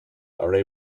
are